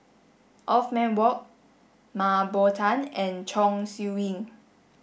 Othman Wok Mah Bow Tan and Chong Siew Ying